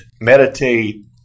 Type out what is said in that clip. meditate